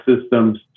systems